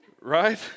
right